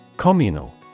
Communal